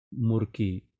murki